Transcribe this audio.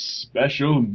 special